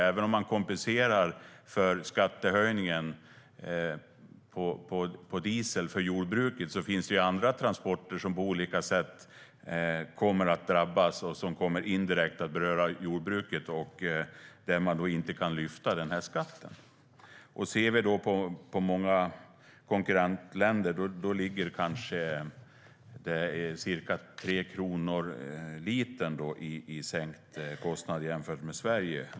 Även om man kompenserar jordbruket för skattehöjningen på diesel kommer andra transporter, som inte kan lyfta den skatten, att drabbas på olika sätt. Och det kommer att beröra jordbruket indirekt. I många konkurrentländer ligger den sänkta kostnaden jämfört med Sverige på ca 3 kronor litern.